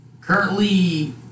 Currently